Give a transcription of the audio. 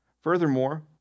Furthermore